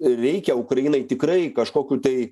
reikia ukrainai tikrai kažkokių tai